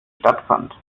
stattfand